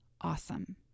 awesome